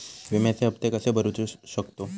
विम्याचे हप्ते कसे भरूचो शकतो?